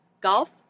Golf